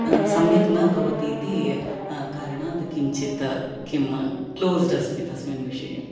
सम्यक् न भवतीति कारणात् किञ्चित् किं क्लोस्ड् अस्मि तस्मिन् विषये